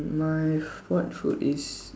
my default food is